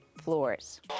floors